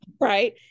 Right